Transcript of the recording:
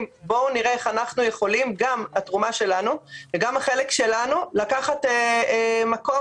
בואו נראה מה התרומה שלנו וגם מה החלק שלנו לקחת מקום